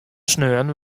saterdei